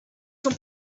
son